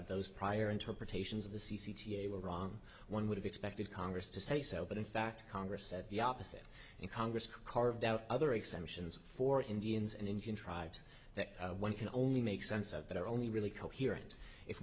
those prior interpretations of the c c t v were wrong one would have expected congress to say so but in fact congress said the opposite and congress carved out other exemptions for indians and engine tribes that one can only make sense of it are only really coherent if